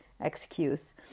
excuse